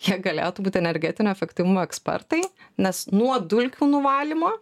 jie galėtų būt energetinio efektyvumo ekspertai nes nuo dulkių nuvalymo